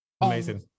Amazing